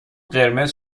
قرمز